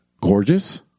gorgeous